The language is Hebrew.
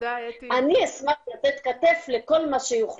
אני אשמח לתת כתף לכל מה שיוחלט.